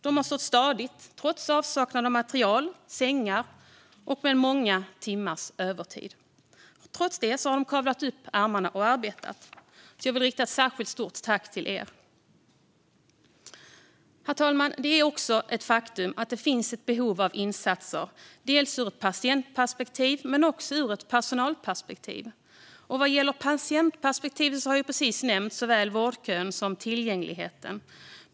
De har stått stadigt trots avsaknad av material och sängar och trots de många timmarna i övertid - de har kavlat upp ärmarna och arbetat. Jag vill rikta ett särskilt stort tack till er. Herr talman! Det är också ett faktum att det finns ett behov av insatser både ur ett patientperspektiv och ur ett personalperspektiv. Vad gäller patientperspektivet har jag precis nämnt såväl vårdköerna som tillgängligheten.